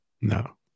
No